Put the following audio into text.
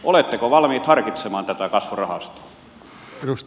oletteko valmiit harkitsemaan tätä kasvurahastoa